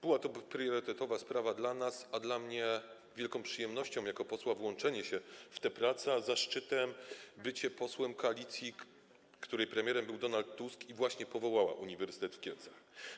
Była to priorytetowa sprawa dla nas, a dla mnie jako posła wielką przyjemnością było włączenie się w te prace, a zaszczytem - bycie posłem koalicji, której premierem był Donald Tusk i która właśnie powołała uniwersytet w Kielcach.